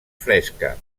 fresca